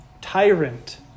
tyrant